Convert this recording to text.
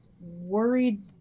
worried